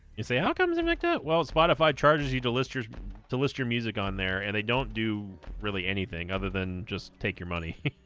you say how comes invicta well spotify charges you to list your to list your music on there and they don't do really anything other than just take your money